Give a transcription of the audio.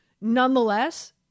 Nonetheless